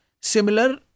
similar